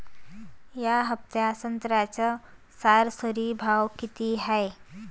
या हफ्त्यात संत्र्याचा सरासरी भाव किती हाये?